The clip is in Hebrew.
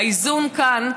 והאיזון כאן,